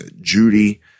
Judy